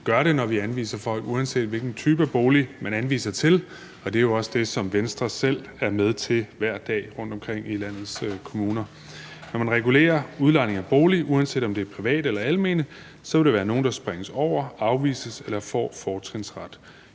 vi gør det, når vi anviser folk, uanset hvilken type bolig man anviser til, og det er jo også det, som Venstre selv er med til hver dag rundtomkring i landets kommuner. Når man regulerer udlejning af boliger, uanset om det er private eller almene, vil der være nogle, der springes over, afvises eller får fortrinsret.